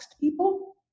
people